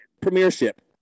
premiership